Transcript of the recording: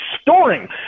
storing